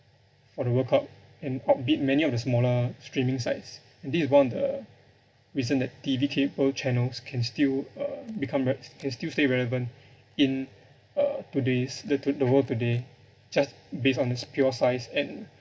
for the world cup and outbid many of the smaller streaming sites and this is one of the reason that T_V cable channels can still uh become re~ can still stay relevant in uh today's the t~ the world today just based on its pure size and